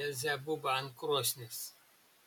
belzebubą ant krosnies